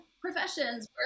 professions